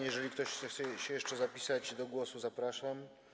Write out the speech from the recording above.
Jeżeli ktoś chce się jeszcze zapisać do głosu, zapraszam.